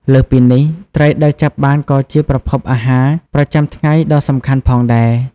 លើសពីនេះ ត្រីដែលចាប់បានក៏ជាប្រភពអាហារប្រចាំថ្ងៃដ៏សំខាន់ផងដែរ។